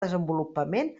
desenvolupament